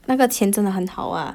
那个钱真的很好 ah